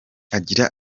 agira